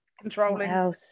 controlling